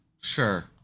Sure